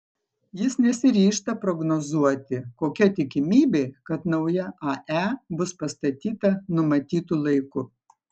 jis nesiryžta prognozuoti kokia tikimybė kad nauja ae bus pastatyta numatytu laiku